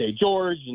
George